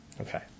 Okay